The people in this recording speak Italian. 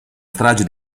strage